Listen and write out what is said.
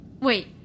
Wait